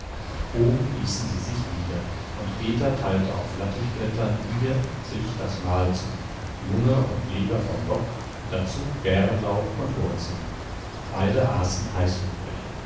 oben ließen sie sich nieder und peter teilte auf lattichblättern ihr und sich das mahl zu lunge und leber vom bock dazu bärenlauch und wurzeln beide aßen heißhungrig